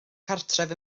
cartref